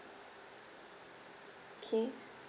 okay